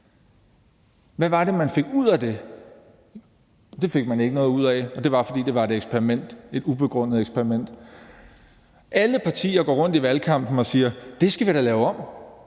Hvad var det, man fik ud af det? Det fik man ikke noget ud af, og det var, fordi det var et eksperiment, et ubegrundet eksperiment. Alle partier går rundt i valgkampen og siger: Det skal vi da lave om;